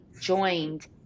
joined